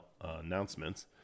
announcements